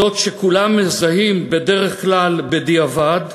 זאת שכולם מזהים בדרך כלל בדיעבד,